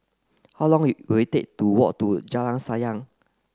how long it will it take to walk to Jalan Sayang